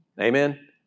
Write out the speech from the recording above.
Amen